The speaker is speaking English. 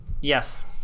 Yes